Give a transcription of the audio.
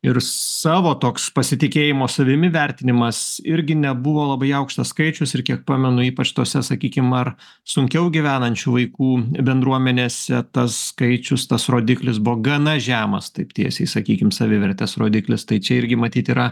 ir savo toks pasitikėjimo savimi vertinimas irgi nebuvo labai aukštas skaičius ir kiek pamenu ypač tose sakykim ar sunkiau gyvenančių vaikų bendruomenėse tas skaičius tas rodiklis buvo gana žemas taip tiesiai sakykim savivertės rodiklis tai čia irgi matyt yra